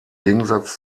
gegensatz